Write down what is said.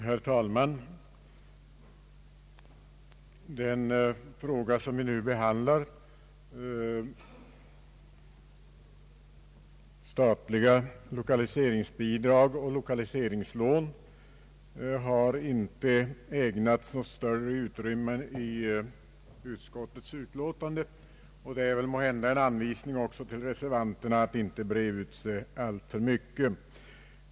Herr talman! Den fråga som vi nu behandlar, nämligen om statliga lokaliseringsbidrag och = lokaliseringslån, har inte ägnats något större utrymme i utskottets utlåtande, och det är måhända en anvisning också till reservanterna att inte breda ut sig alltför mycket.